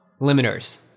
limiters